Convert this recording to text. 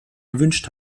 gewünscht